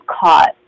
caught